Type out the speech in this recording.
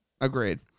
Agreed